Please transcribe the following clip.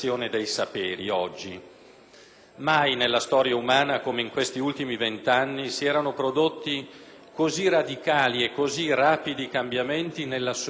Mai nella storia umana come in questi ultimi venti anni si erano prodotti così radicali e così rapidi cambiamenti nella società e nella conoscenza.